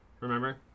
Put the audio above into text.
Remember